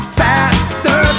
faster